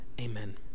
Amen